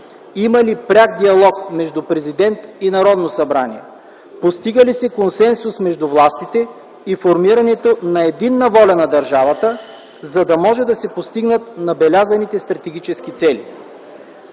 Има ли пряк диалог между президент и Народно събрание? Постига ли се консенсус между властите и формирането на единна воля на държавата, за да може да се постигнат набелязаните стратегически цели?